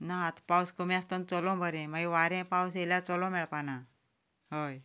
ना आतां पावस कमी आसतना चलूंक बरें मागीर पावस वारें आयल्यार चलूंक मेळपाक ना हय